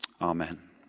Amen